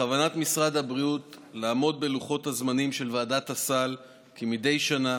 בכוונת משרד הבריאות לעמוד בלוחות הזמנים של ועדת הסל כמדי שנה